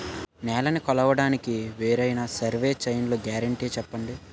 నేలనీ కొలవడానికి వేరైన సర్వే చైన్లు గ్యారంటీ చెప్పండి?